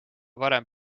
varem